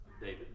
David